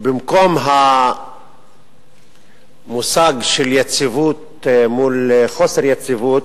במקום המושג יציבות מול חוסר יציבות,